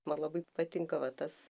man labai patinka va tas